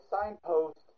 signpost